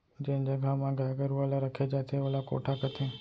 जेन जघा म गाय गरूवा ल रखे जाथे ओला कोठा कथें